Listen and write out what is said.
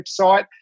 website